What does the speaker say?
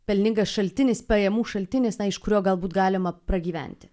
pelningas šaltinis pajamų šaltinis na iš kurio galbūt galima pragyventi